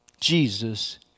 Jesus